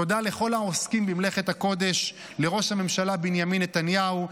תודה לכל העוסקים במלאכת הקודש: לראש הממשלה בנימין נתניהו,